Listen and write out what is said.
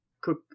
cook